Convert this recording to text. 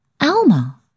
Alma